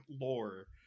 lore